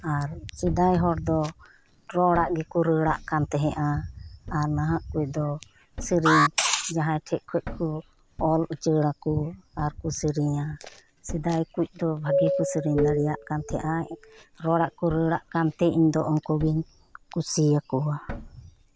ᱟᱨ ᱥᱮᱫᱟᱭ ᱦᱚᱲᱫᱚ ᱨᱚᱲ ᱟᱜ ᱜᱮᱠᱚ ᱨᱟᱹᱲᱟᱜ ᱠᱟᱱ ᱛᱟᱦᱮᱸᱫᱼᱟ ᱟᱨ ᱱᱟᱦᱟᱜ ᱨᱮᱫᱚ ᱥᱮᱹᱨᱮᱹᱧ ᱡᱟᱦᱟᱸᱭ ᱴᱷᱮᱱ ᱠᱷᱚᱱ ᱠᱚ ᱚᱞ ᱩᱪᱟᱹᱲᱟ ᱠᱚ ᱟᱨᱠᱚ ᱥᱮᱹᱨᱮᱹᱧᱟ ᱥᱮᱫᱟᱭ ᱠᱚᱱ ᱫᱚ ᱵᱷᱟᱜᱮ ᱠᱚ ᱥᱮᱹᱨᱮᱹᱧ ᱫᱟᱲᱮᱭᱟᱜ ᱠᱟᱱ ᱛᱟᱦᱮᱸᱫᱼᱟ ᱨᱚᱲ ᱟᱜ ᱠᱚ ᱨᱟᱹᱲ ᱟᱜ ᱠᱟᱱᱛᱮ ᱤᱧᱫᱚ ᱩᱱᱠᱩ ᱜᱤᱧ ᱠᱩᱥᱤᱭᱟ ᱠᱚᱣᱟ